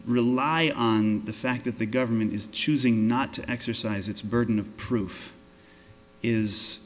rely on the fact that the government is choosing not to exercise its burden of proof is